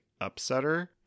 upsetter